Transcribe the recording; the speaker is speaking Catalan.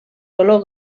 color